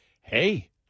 hey